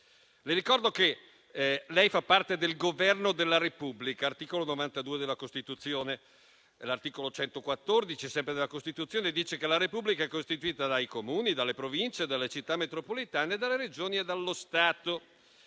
Le ricordo che lei fa parte del Governo della Repubblica (articolo 92 della Costituzione). L'articolo 114 della Costituzione, inoltre, dice che la Repubblica è costituita dai Comuni, dalle Province, dalle Città metropolitane, dalle Regioni e dallo Stato.